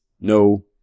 no